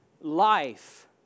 life